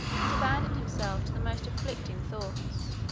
and abandoned himself to the most afflicting thoughts,